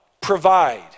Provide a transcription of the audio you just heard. provide